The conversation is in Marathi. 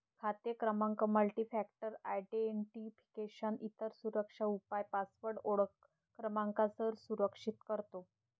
खाते क्रमांक मल्टीफॅक्टर आयडेंटिफिकेशन, इतर सुरक्षा उपाय पासवर्ड ओळख क्रमांकासह संरक्षित करतो